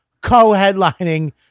co-headlining